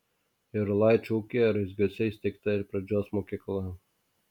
jarulaičio ūkyje raizgiuose įsteigta ir pradžios mokykla